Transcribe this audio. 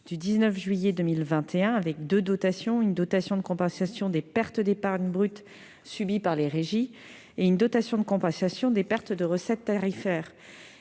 du 19 juillet 2021. À ce titre, deux dotations ont été créées : une dotation de compensation des pertes d'épargne brute subies par les régies et une dotation de compensation des pertes de recettes tarifaires.